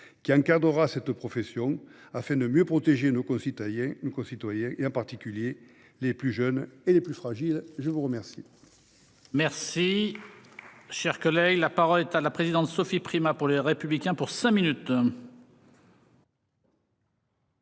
qui encadrera la profession afin de mieux protéger nos concitoyens, en particulier les plus jeunes et les plus fragiles. La parole est